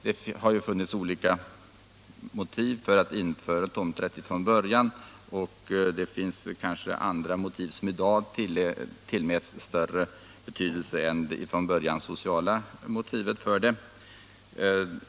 Det har funnits olika motiv för att införa tomträtt från början, och det finns kanske i dag motiv som tillmäts större betydelse än det tidigare sociala motivet.